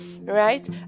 right